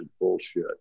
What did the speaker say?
bullshit